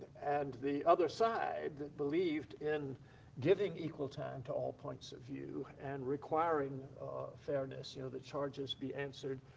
and the other side that believed in giving equal time to all points of view and requiring fairness, you know, the charges be answered.